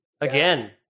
Again